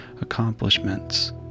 accomplishments